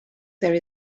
there